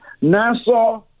Nassau